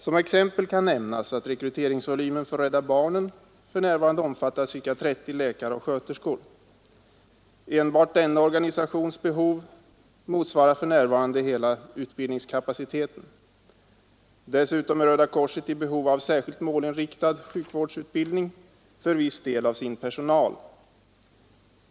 Som exempel kan nämnas att rekryteringsvolymen för Rädda barnen för närvarande omfattar ca 30 läkare och sköterskor. Enbart denna organisations behov motsvarar för närvarande hela utbildningskapaciteten. Dessutom är Röda korset i behov av särskilt målinriktad sjukvårdsutbildning för viss del av sin personal.